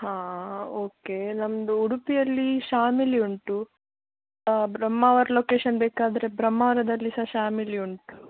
ಹಾಂ ಓಕೆ ನಮ್ಮದು ಉಡುಪಿಯಲ್ಲಿ ಶಾಮಿಲಿ ಉಂಟು ಬ್ರಹ್ಮಾವರ ಲೊಕೇಶನ್ ಬೇಕಾದರೆ ಬ್ರಹ್ಮಾವರದಲ್ಲಿ ಸಹ ಶಾಮಿಲಿ ಉಂಟು